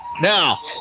Now